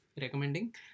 recommending